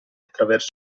attraverso